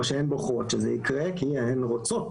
או שהן בוחרות שזה יקרה כי הן רוצות,